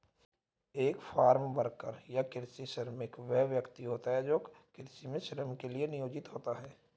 एक farm worker या कृषि श्रमिक वह व्यक्ति होता है जो कृषि में श्रम के लिए नियोजित होता है